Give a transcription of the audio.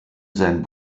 sein